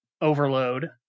Overload